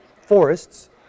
forests